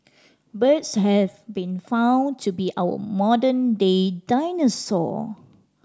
birds have been found to be our modern day dinosaur